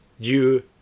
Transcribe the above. due